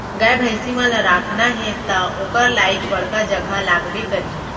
गाय भईंसी मन ल राखना हे त ओकर लाइक बड़का जघा लागबे करही